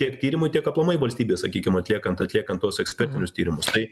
tiek tyrimui tiek aplamai valstybei sakykim atliekant atliekant tuos ekspertinius tyrimus tai